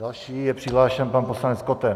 Další je přihlášen pan poslanec Koten.